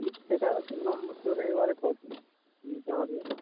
seat সেটা number ধরে এবারে করে নিতে হবে